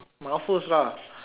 mufflers lah